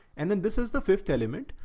and then this is the fifth element,